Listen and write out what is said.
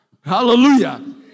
Hallelujah